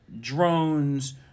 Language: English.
drones